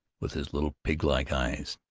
with his little pig-like eyes.